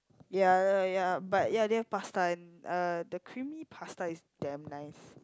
ya ya but ya they have pasta and eh the creamy pasta is damn nice